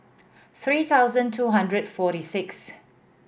three thousand two hundred forty sixth